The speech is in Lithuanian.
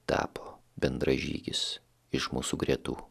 tapo bendražygis iš mūsų gretų